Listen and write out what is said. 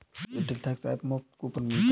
Airtel thanks app पर मुफ्त coupon मिलता है